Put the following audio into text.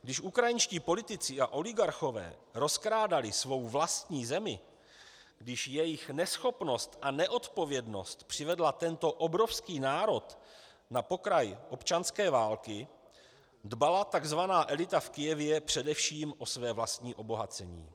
Když ukrajinští politici a oligarchové rozkrádali svou vlastní zemi, když jejich neschopnost a neodpovědnost přivedly tento obrovský národ na pokraj občanské války, dbala tzv. elita v Kyjevě především o své vlastní obohacení.